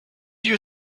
you